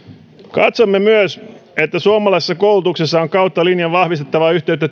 katsomme myös että suomalaisessa koulutuksessa on kautta linjan vahvistettava yhteyttä